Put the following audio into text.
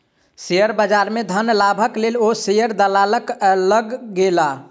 share बजार में धन लाभक लेल ओ शेयर दलालक लग गेला